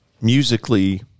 musically